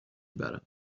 برم